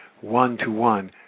one-to-one